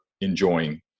enjoying